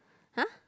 !huh!